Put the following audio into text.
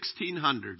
1600s